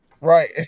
Right